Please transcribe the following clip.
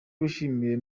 bishimye